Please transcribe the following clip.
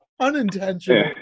unintentional